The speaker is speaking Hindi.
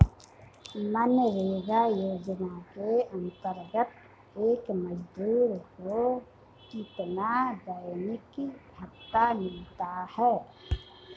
मनरेगा योजना के अंतर्गत एक मजदूर को कितना दैनिक भत्ता मिलता है?